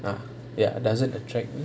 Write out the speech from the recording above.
ah ya doesn't attract me